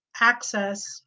access